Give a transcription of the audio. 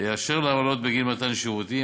אשר לעמלות בגין מתן השירותים,